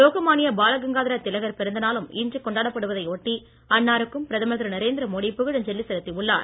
லோகமான்ய பாலகங்காதர திலகர் பிறந்த நாளும் இன்று கொண்டாடப்படுவதை ஒட்டி அன்னாருக்கும் பிரதமர் திரு நரேந்திர மோடி புகழஞ்சலி செலுத்தியுள்ளார்